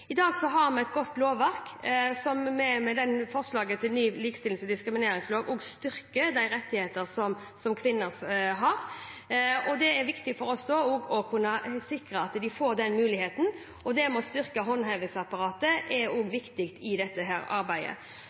I dag har vi et godt lovverk, som vi med forslaget til ny likestillings- og diskrimineringslov også styrker, med tanke på de rettigheter som kvinner har. Det er viktig for oss å kunne sikre at de får den muligheten, og det å styrke håndhevingsapparatet er også viktig i dette arbeidet.